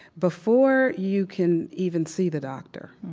before you can even see the doctor,